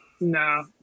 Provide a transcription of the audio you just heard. No